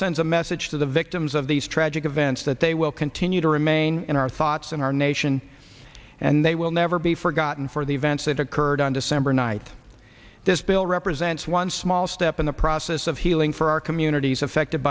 sends a message to the victims of these tragic events that they will continue to remain in our thoughts and our nation and they will never be forgotten for the events that occurred on december night this bill represents one small step in the process of healing for our communities affected